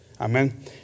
Amen